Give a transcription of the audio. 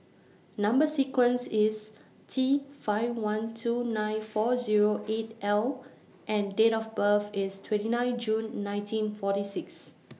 Number sequence IS T five one two nine four Zero eight L and Date of birth IS twenty nine June nineteen forty six